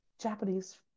Japanese